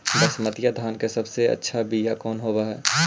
बसमतिया धान के सबसे अच्छा बीया कौन हौब हैं?